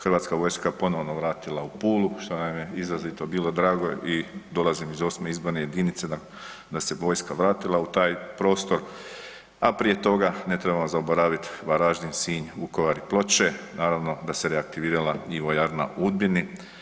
HV ponovno vratila u Pulu, što nam je izrazito bilo drago i dolazim iz 8. izborne jedinice, da se vojska vratila u taj prostor, a prije toga ne trebamo zaboraviti Varaždin, Sinj, Vukovar i Ploče, naravno da se reaktivirala i vojarna u Udbini.